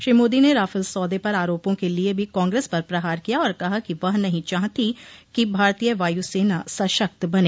श्री मोदी ने राफल सौदे पर आरोपो के लिए भी कांग्रेस पर प्रहार किया और कहा कि वह नहीं चाहती कि भारतीय वायु सेना सशक्त बने